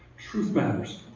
truth matters.